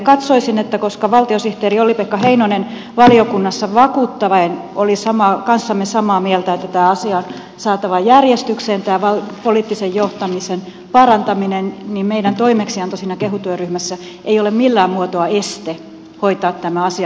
katsoisin että koska valtiosihteeri olli pekka heinonen valiokunnassa vakuuttaen oli kanssamme samaa mieltä että tämä asia on saatava järjestykseen tämä poliittisen johtamisen parantaminen niin meidän toimeksiantomme siinä kehu työryhmässä ei ole millään muotoa este hoitaa tämä asia kuntoon